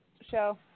show